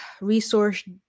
resource